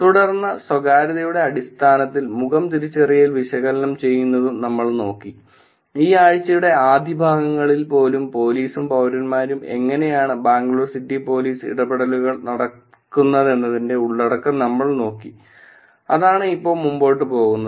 തുടർന്ന് സ്വകാര്യതയുടെ അടിസ്ഥാനത്തിൽ മുഖം തിരിച്ചറിയൽ വിശകലനം ചെയ്യുന്നതും നമ്മൾ നോക്കി ഈ ആഴ്ചയുടെ ആദ്യ ഭാഗങ്ങളിൽ പോലും പോലീസും പൌരന്മാരും എങ്ങനെയാണ് ബാംഗ്ലൂർ സിറ്റി പോലീസ് ഇടപെടലുകൾ നടക്കുന്നതെന്നതിന്റെ ഉള്ളടക്കം നമ്മൾ നോക്കി അതാണ് ഇപ്പൊ മുമ്പോട്ടു പോകുന്നത്